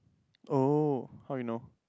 oh how you know